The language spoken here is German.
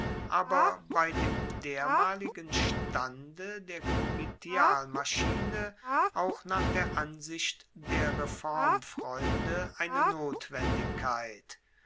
aber bei dem dermaligen stande der komitialmaschine auch nach der ansicht der reformfreunde eine notwendigkeit